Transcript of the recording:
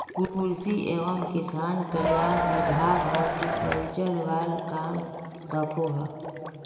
कृषि एवं किसान कल्याण विभाग हॉर्टिकल्चर वाल काम दखोह